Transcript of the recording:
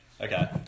Okay